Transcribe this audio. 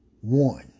one